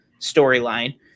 storyline